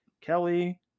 Kelly